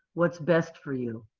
what's best for you.